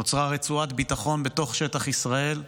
נוצרה רצועת ביטחון בתוך שטח ישראל.